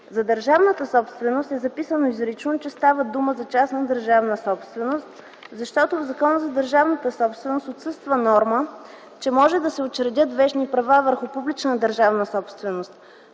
За държавната собственост е записано изрично, че става дума за частна държавна собственост, защото в Закона за държавната собственост отсъства норма, че може да се учредяват вещни права върху публична държавна собственост.